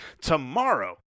Tomorrow